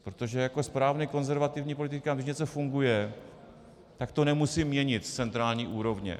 Protože jako správný konzervativní politik říkám, když něco funguje, tak to nemusím měnit z centrální úrovně.